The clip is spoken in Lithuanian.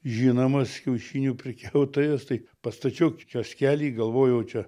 žinomas kiaušinių prekiautojas tai pastačiau kioskelį galvojau čia